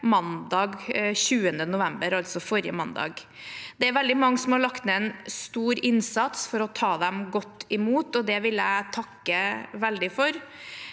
mandag 20. november, altså forrige mandag. Det er veldig mange som har lagt ned en stor innsats for å ta dem godt imot, og det vil jeg takke veldig for.